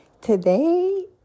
Today